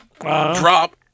drop